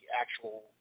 actual